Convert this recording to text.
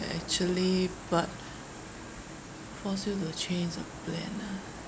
actually but force you to change your plan ah